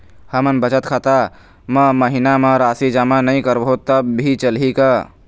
हमन बचत खाता मा महीना मा राशि जमा नई करबो तब भी चलही का?